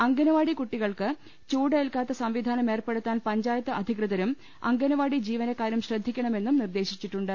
അംഗനവാടി കുട്ടികൾക്ക് ചൂട്ടേൽക്കാത്ത സംവിധാനം ഏർപ്പെടുത്താൻ പഞ്ചായത്ത് അധികൃതരും അംഗനവാടി ജീവ നക്കാരും ശ്രദ്ധിക്കണമെന്നും നിർദേശിച്ചിട്ടുണ്ട്